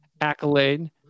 accolade